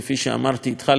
התחלת את הדרך הזאת,